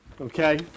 Okay